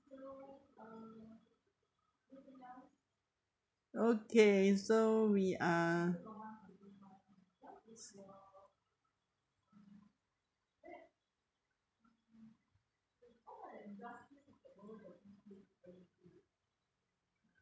okay so we are